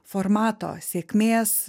formato sėkmės